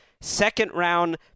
second-round